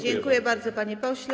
Dziękuję bardzo, panie pośle.